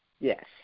Yes